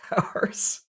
hours